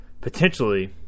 potentially